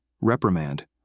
reprimand